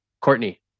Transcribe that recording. Courtney